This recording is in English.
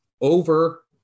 over